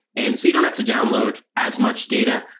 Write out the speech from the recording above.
and so you don't have to download as much data,